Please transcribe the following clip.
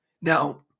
Now